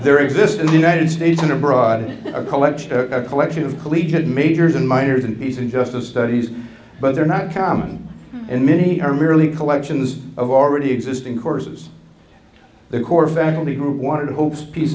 there exist in the united states and abroad a collection collection of collegiate majors and minors and peace and justice studies but they're not common and many are merely collections of already existing courses the core faculty group wanted to hold peace